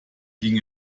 ging